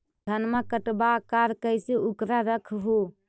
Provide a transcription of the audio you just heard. धनमा कटबाकार कैसे उकरा रख हू?